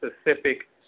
specific